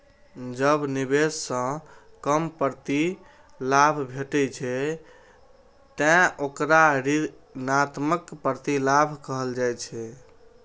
जब निवेश सं कम प्रतिलाभ भेटै छै, ते ओकरा ऋणात्मक प्रतिलाभ कहल जाइ छै